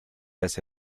hace